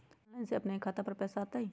Online से अपने के खाता पर पैसा आ तई?